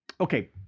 okay